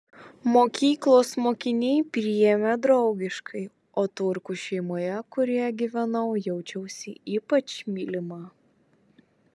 mokyklos mokiniai priėmė draugiškai o turkų šeimoje kurioje gyvenau jaučiausi ypač mylima